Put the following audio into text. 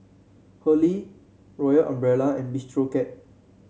Hurley Royal Umbrella and Bistro Cat